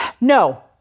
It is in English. No